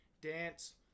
dance